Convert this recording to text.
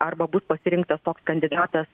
arba bus pasirinktas toks kandidatas